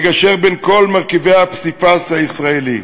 לגשר בין כל מרכיבי הפסיפס הישראלי.